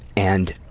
and